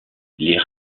les